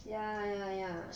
ya ya ya